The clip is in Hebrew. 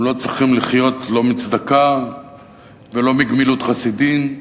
הם לא צריכים לחיות לא מצדקה ולא מגמילות חסדים.